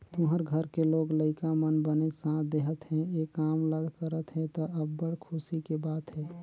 तुँहर घर के लोग लइका मन बने साथ देहत हे, ए काम ल करत हे त, अब्बड़ खुसी के बात हे